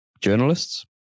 journalists